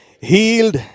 healed